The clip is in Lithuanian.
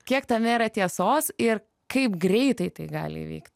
kiek tame yra tiesos ir kaip greitai tai gali įvykt